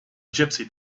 gypsy